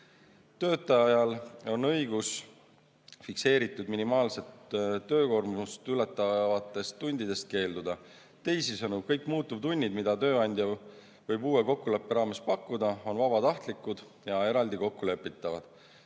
Töötajal on õigus fikseeritud minimaalset töökoormust ületavatest tundidest keelduda. Teisisõnu, kõik muutuvtunnid, mida tööandja võib uue kokkuleppe raames pakkuda, on vabatahtlikud ja eraldi kokku lepitavad.